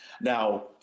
Now